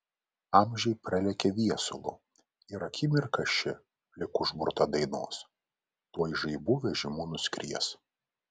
amžiai pralekia viesulu ir akimirka ši lyg užburta dainos tuoj žaibų vežimu nuskries